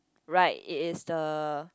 right it is the